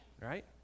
right